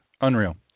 Unreal